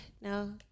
no